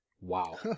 Wow